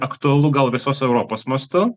aktualu gal visos europos mastu